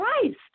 Christ